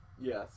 Yes